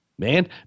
Man